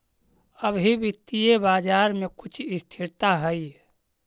अभी वित्तीय बाजार में कुछ स्थिरता हई